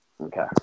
Okay